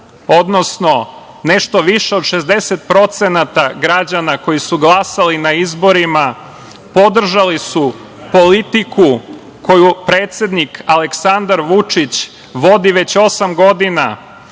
odnosno nešto više od 60% građana koji su glasali na izborima, podržali su politiku koju predsednik Aleksandar Vučić vodi već osam godina,